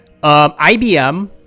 IBM